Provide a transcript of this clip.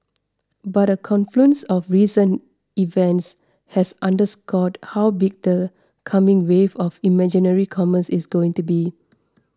but a confluence of recent events has underscored how big the coming wave of imaginary commerce is going to be